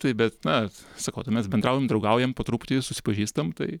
tai bet na sakau tai mes bendraujam draugaujam po truputį susipažįstam tai